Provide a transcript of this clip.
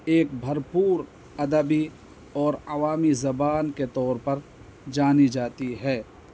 ایک بھرپور ادبی اور عوامی زبان کے طور پر جانی جاتی ہے